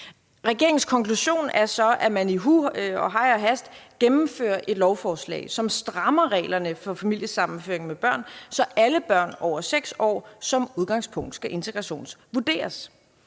Regeringens konklusion er så, at man i huj og hast gennemfører et lovforslag, som strammer reglerne for familiesammenføring med børn, så alle børn over 6 år som udgangspunkt skal integrationsvurderes.